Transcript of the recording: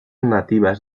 nativas